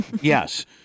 Yes